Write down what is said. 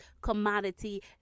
commodity